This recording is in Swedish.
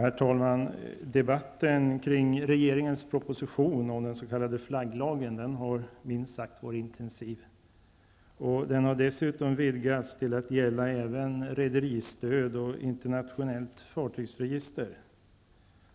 Herr talman! Debatten kring regeringens proposition om den s.k. flagglagen har varit minst sagt intensiv. Den har dessutom vidgats till att gälla även rederistöd och internationellt fartygsregister.